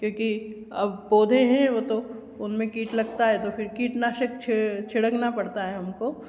क्योंकि अब पौधे हैं वो तो उनमें कीट लगता है तो कीटनाशक छिड़ छिड़कना पड़ता है हमको